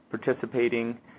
participating